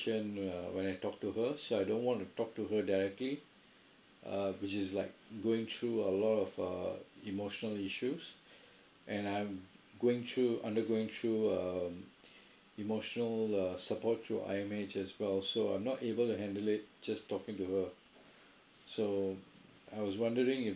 uh when I talk to her so I don't want to talk to her directly uh which is like going through a lot of err emotional issues and I'm going through undergoing through err emotional uh support throughout I_M_H as well so I'm not able to handle it just talking to her so I was wondering if